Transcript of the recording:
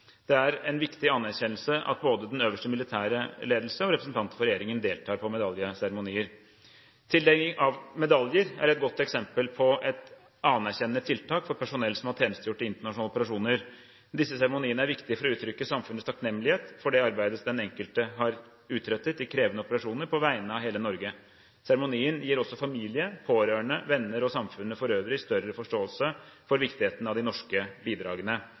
Det er en viktig anerkjennelse at både den øverste militære ledelse og representanter fra regjeringen deltar på medaljeseremonier. Tildeling av medaljer er et godt eksempel på et anerkjennende tiltak for personell som har tjenestegjort i internasjonale operasjoner. Disse seremoniene er viktige for å utrykke samfunnets takknemlighet for det arbeidet den enkelte har utrettet i krevende operasjoner på vegne av hele Norge. Seremonien gir også familie, pårørende, venner og samfunnet for øvrig større forståelse for viktigheten av de norske bidragene.